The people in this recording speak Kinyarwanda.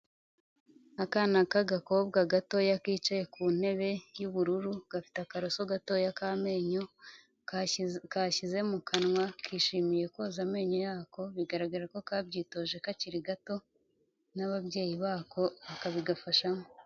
Akana k'agakobwa gatoya kicaye ku ntebe y'ubururu, gafite akaroso gatoya k'amenyo kashyize mu kanwa, kishimiye koza amenyo yako bigaragara ko kabyitoje kakiri gato, n'ababyeyi bako, bakabigafashamo.